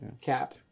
cap